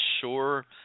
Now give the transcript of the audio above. sure